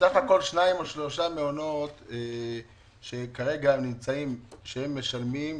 בסך הכול שניים או שלושה מעונות שכרגע נמצאים שהם משלמים,